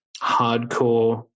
hardcore